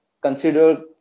consider